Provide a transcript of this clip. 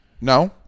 No